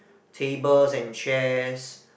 tables and chairs